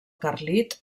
carlit